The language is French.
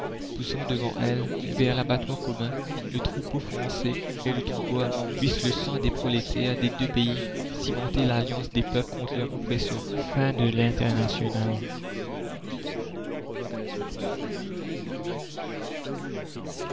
poussant devant elles vers l'abattoir commun le troupeau français et le troupeau allemand puisse le sang des prolétaires des deux pays cimenter l'alliance des peuples contre leurs oppresseurs la